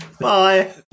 Bye